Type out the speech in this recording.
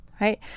right